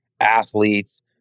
athletes